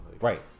Right